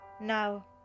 Now